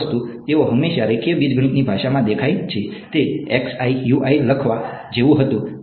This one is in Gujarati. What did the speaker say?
તેથી અહીં આ વસ્તુ તેઓ હંમેશા રેખીય બીજગણિતની ભાષામાં દેખાય છે તે લખવા જેવું હતું